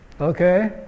Okay